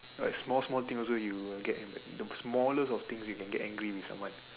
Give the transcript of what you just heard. like small small thing also you will get the smallest of thing you can get angry with someone